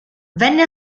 venne